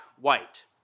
white